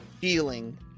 feeling